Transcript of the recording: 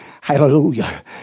Hallelujah